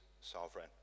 sovereign